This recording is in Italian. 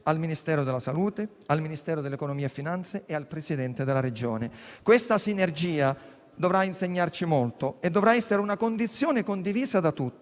al Ministero della salute, al Ministero dell'economia e delle finanze e al Presidente della Regione. Questa sinergia dovrà insegnarci molto e dovrà essere una condizione condivisa da tutti,